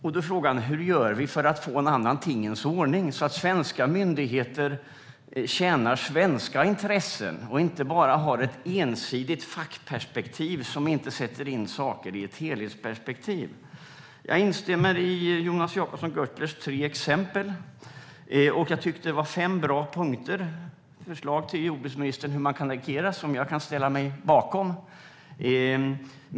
Då är frågan: Hur gör vi för att få en annan tingens ordning, så att svenska myndigheter tjänar svenska intressen och inte bara har ett ensidigt fackperspektiv som inte sätter in saker i ett helhetsperspektiv? Jag instämmer i Jonas Jacobsson Gjörtlers tre exempel, och jag tycker att det var fem bra förslag till jordbruksministern på hur man kan agera. Jag kan ställa mig bakom dem.